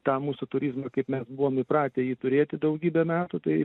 tą mūsų turizmą kaip mes buvom įpratę jį turėti daugybę metų tai